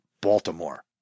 Baltimore